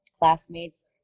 Classmates